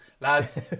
lads